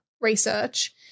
Research